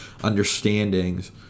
understandings